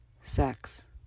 sex